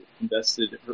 invested